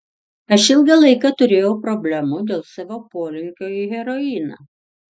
aš ilgą laiką turėjau problemų dėl savo polinkio į heroiną